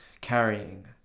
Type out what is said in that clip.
carrying